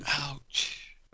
ouch